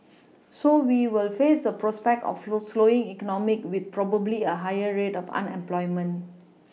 so we will face the prospect of the slowing economy with probably a higher rate of unemployment